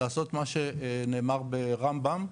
לעשות מה שנאמר ברמב"ם,